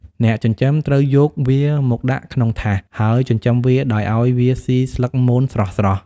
អ្នកចិញ្ចឹមត្រូវយកវាមកដាក់ក្នុងថាស ហើយចិញ្ចឹមវាដោយឲ្យវាសុីស្លឹកមនស្រស់ៗ។